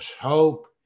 hope